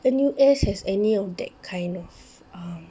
N_U_S has any of that kind of ah